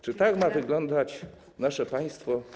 Czy tak ma wyglądać nasze państwo?